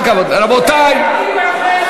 רבותי, עם כל הכבוד.